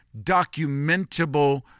documentable